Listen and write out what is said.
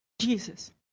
Jesus